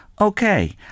Okay